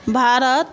Bharat